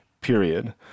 period